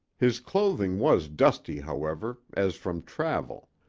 his clothing was dusty, however, as from travel.